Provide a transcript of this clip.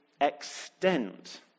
extent